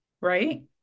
Right